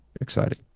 exciting